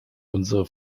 unsere